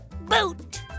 boot